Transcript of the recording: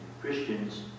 Christians